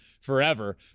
forever